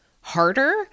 harder